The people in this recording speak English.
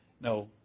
No